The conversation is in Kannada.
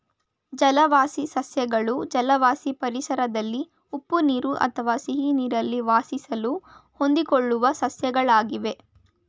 ಜಲವಾಸಿ ಸಸ್ಯಗಳು ಜಲವಾಸಿ ಪರಿಸರದಲ್ಲಿ ಉಪ್ಪು ನೀರು ಅಥವಾ ಸಿಹಿನೀರಲ್ಲಿ ವಾಸಿಸಲು ಹೊಂದಿಕೊಳ್ಳುವ ಸಸ್ಯಗಳಾಗಿವೆ